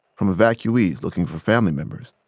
from evacuees looking for family members,